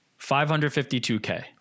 552k